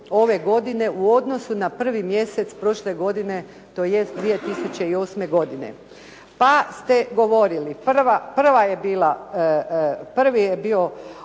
ove godine u odnosu na prvi mjesec prošle godine tj. 2008. godine. Pa ste govorili, prvi je bio